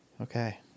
Okay